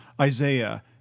Isaiah